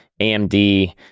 AMD